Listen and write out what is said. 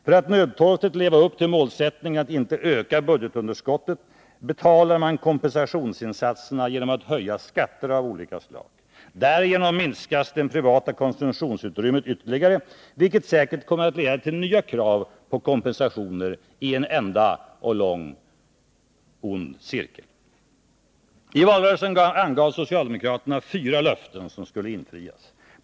För att nödtorftigt leva upp till målsättningen att inte öka budgetunderskottet betalar man kompensationsinsatserna genom att höja skatter av olika slag. Därigenom minskas det privata konsumtionsutrymmet ytterligare, vilket säkert kommer att leda till nya krav på kompensationer i en enda ond cirkel. I valrörelsen angav socialdemokraterna fyra löften som skulle infrias.